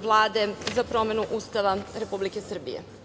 Vlade za promenu Ustava Republike Srbije.